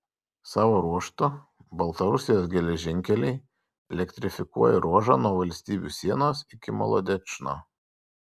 savo ruožtu baltarusijos geležinkeliai elektrifikuoja ruožą nuo valstybių sienos iki molodečno